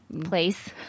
place